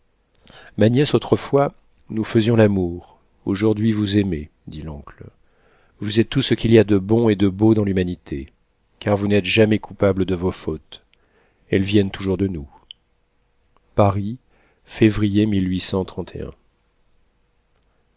ma nièce autrefois nous faisions l'amour aujourd'hui vous aimez dit l'oncle vous êtes tout ce qu'il y a de bon et de beau dans l'humanité car vous n'êtes jamais coupables de vos fautes elles viennent toujours de nous paris février